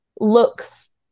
looks